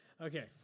Okay